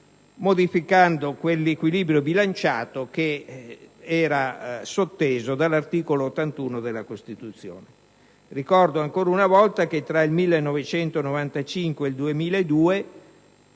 modificando quel equilibrio bilanciato che era sotteso dall'articolo 81 della Costituzione. Ricordo ancora una volta che tra il 1995 e il 2002